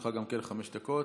גם לרשותך חמש דקות.